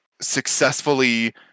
successfully